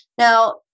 Now